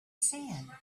sand